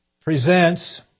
presents